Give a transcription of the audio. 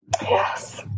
Yes